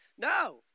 No